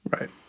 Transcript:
Right